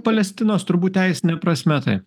palestinos turbūt teisine prasme ar taip